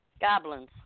Goblins